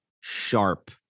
sharp